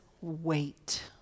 wait